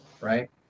right